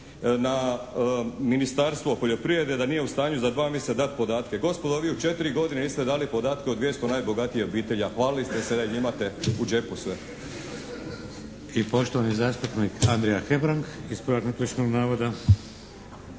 na Ministarstvo poljoprivrede da nije u stanju za dva mjeseca dati podatke. Gospodo vi u četiri godine niste dali podatke o 200 najbogatijih obitelji, a hvalili ste se da ih imate u džepu sve.